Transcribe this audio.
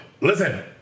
listen